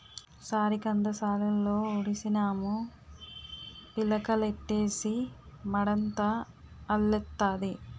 సారికంద సాలులో ఉడిసినాము పిలకలెట్టీసి మడంతా అల్లెత్తాది